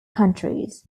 countries